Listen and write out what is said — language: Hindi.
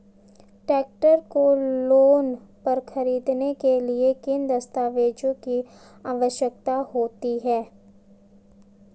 ट्रैक्टर को लोंन पर खरीदने के लिए किन दस्तावेज़ों की आवश्यकता होती है?